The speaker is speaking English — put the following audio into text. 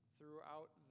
Throughout